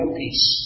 peace